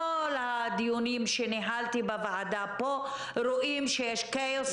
בכל הדיונים שניהלתי בוועדה פה רואים שיש כאוס